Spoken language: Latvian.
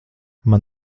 man